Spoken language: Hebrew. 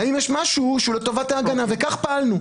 האם יש משהו שהוא לטובת ההגנה, וכך פעלנו.